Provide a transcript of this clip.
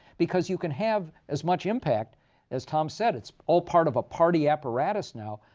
because you can have as much impact as tom said, it's all part of a party apparatus now.